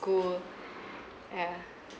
cool yeah